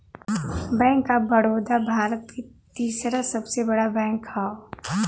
bank of Baroda Bharat के तीसरा सबसे बड़ा बैंक हौ